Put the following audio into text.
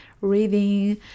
reading